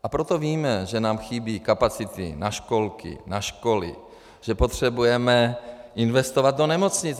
A proto víme, že nám chybí kapacity na školky, na školy, že potřebujeme investovat do nemocnic.